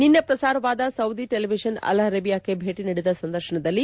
ನಿನ್ನೆ ಪ್ರಸಾರವಾದ Saudi television Al ಅರೇಬಿಯಾಕ್ಷೆ ನೀಡಿದ ಸಂದರ್ಶನದಲ್ಲಿ